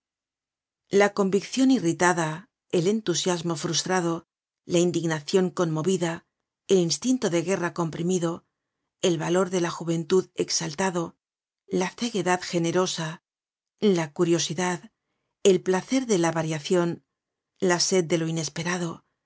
la conviccion irritada el entusiasmo frustrado la indignacion conmovida el instinto de guerra comprimido el valor de la juventud exaltado la ceguedad generosa la curiosidad el placer de la variacion la sed de lo inesperado